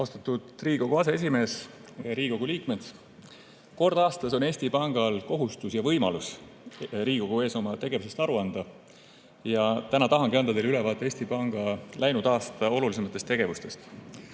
Austatud Riigikogu aseesimees! Riigikogu liikmed! Kord aastas on Eesti Pangal kohustus ja võimalus Riigikogu ees oma tegevusest aru anda. Täna tahangi anda teile ülevaate Eesti Panga läinud aasta olulisematest tegevustest.